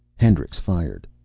hendricks fired.